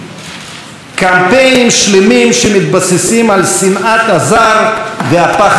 קמפיינים שלמים שמתבססים על שנאת הזר והפחד מן השונה.